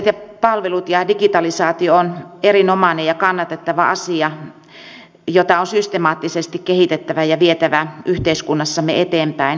sähköiset palvelut ja digitalisaatio on erinomainen ja kannatettava asia jota on systemaattisesti kehitettävä ja vietävä yhteiskunnassamme eteenpäin